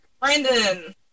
Brandon